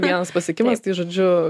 vienas pasiekimas tai žodžiu